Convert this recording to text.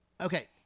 Okay